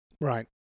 Right